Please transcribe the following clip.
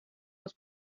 was